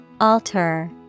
Alter